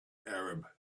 arab